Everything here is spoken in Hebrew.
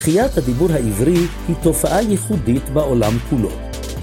תחיית הדיבור העברי היא תופעה ייחודית בעולם כולו.